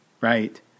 Right